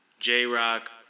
J-Rock